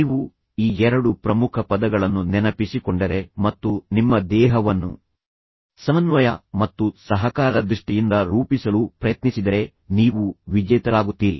ನೀವು ಈ ಎರಡು ಪ್ರಮುಖ ಪದಗಳನ್ನು ನೆನಪಿಸಿಕೊಂಡರೆ ಮತ್ತು ನಿಮ್ಮ ದೇಹವನ್ನು ಸಮನ್ವಯ ಮತ್ತು ಸಹಕಾರದ ದೃಷ್ಟಿಯಿಂದ ರೂಪಿಸಲು ಪ್ರಯತ್ನಿಸಿದರೆ ನೀವು ವಿಜೇತರಾಗುತ್ತೀರಿ